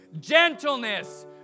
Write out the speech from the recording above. gentleness